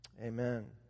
Amen